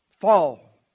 fall